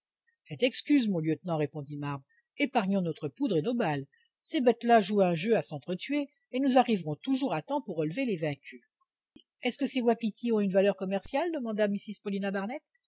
faites excuse mon lieutenant répondit marbre épargnons notre poudre et nos balles ces bêtes-là jouent un jeu à sentre tuer et nous arriverons toujours à temps pour relever les vaincus est-ce que ces wapitis ont une valeur commerciale demanda mrs paulina barnett